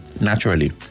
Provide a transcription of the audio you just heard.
Naturally